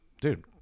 dude